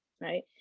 right